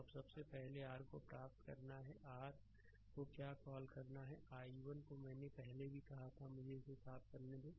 अब सबसे पहले r को प्राप्त करना है कि r को क्या कॉल करना है i1 को मैंने पहले भी कहा था कि मुझे इसे साफ करने दो